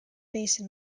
basin